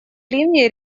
ливней